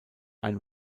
ein